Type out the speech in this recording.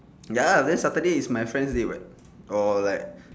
ya lah then saturday is my friend day [what] or like